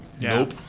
nope